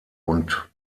und